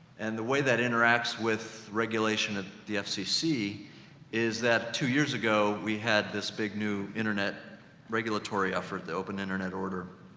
and the way that interacts with regulation at the fcc is that, two years ago we had this big, new internet regulatory effort, the open internet order,